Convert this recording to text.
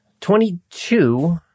Twenty-two